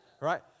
right